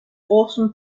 awesome